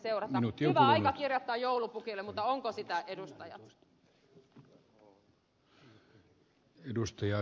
hyvä aika kirjoittaa joulupukille mutta onko sitä edustajat